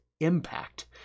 impact